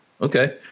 okay